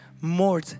more